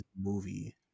movie